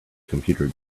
computer